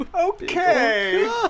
Okay